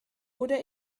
oder